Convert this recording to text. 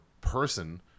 person